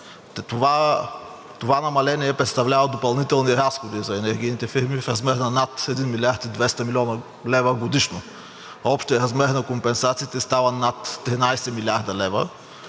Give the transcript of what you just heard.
Това намаление представлява допълнителни разходи за енергийните фирми в размер на над 1 млрд. 200 млн. лв. годишно. Общият размер на компенсациите става над 13 млрд.